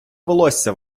волосся